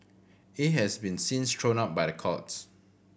he has been since thrown out by the courts